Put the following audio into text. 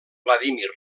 vladímir